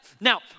Now